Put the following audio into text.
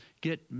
get